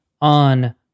on